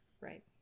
right